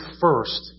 first